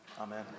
Amen